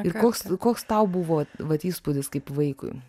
ir koks koks tau buvo vat įspūdis kaip vaikui